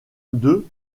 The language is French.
deux